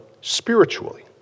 spiritually